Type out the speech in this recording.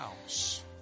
house